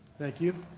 thank you.